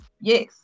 Yes